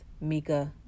Mika